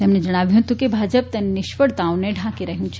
તેમણે જણાવ્યું હતું કે ભાજપ તેની નિષ્ફળતાઓને ઢાંકી રહ્યું છે